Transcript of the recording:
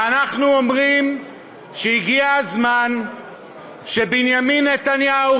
ואנחנו אומרים שהגיע הזמן שבנימין נתניהו,